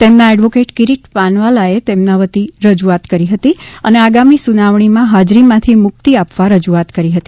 તેમના એડવોકેટ કીરીટ પાનવાલાએ તેમના વતી રજૂઆત કરી હતી અને આગામી સુનાવણીમાં હાજરીમાંથી મુક્તિ આપવા રજૂઆત કરી હતી